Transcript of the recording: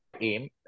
aim